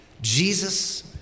Jesus